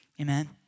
Amen